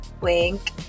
Wink